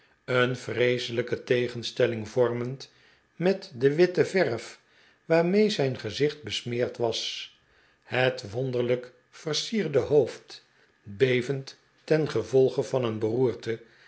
een vreeselijke tegenstelling vormend met de witte verf waarmee zijn gezicht besmeerd was het wonderlijk versierde hoofd bevend ten gevolge van een beroerte